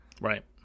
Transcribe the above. Right